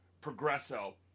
Progresso